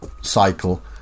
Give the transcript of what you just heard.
cycle